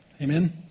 Amen